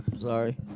sorry